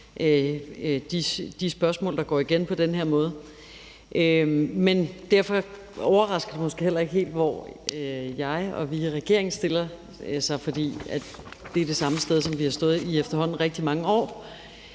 de spørgsmål, der går igen på den her måde. Men derfor overrasker det måske heller ikke helt, hvor jeg og vi i regeringen stiller os, for det er det samme sted, som vi har stået i efterhånden rigtig mange år.